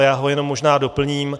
Já ho jenom možná doplním.